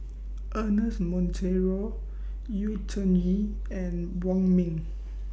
Ernest Monteiro Yu Zhuye and Wong Ming